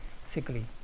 sickly